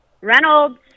Reynolds